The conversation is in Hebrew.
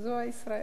הוא ישראל.